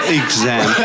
exam